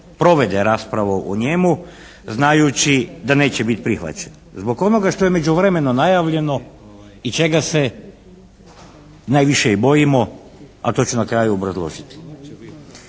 provede raspravu o njemu znajući da neće biti prihvaćen. Zbog onoga što je u međuvremenu najavljeno i čega se najviše i bojimo, a to ću na kraju obrazložiti.